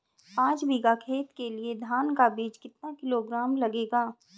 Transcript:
पाँच बीघा खेत के लिये धान का बीज कितना किलोग्राम लगेगा?